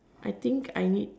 I think I need